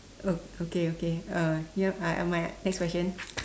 oh okay okay uh ya uh my next question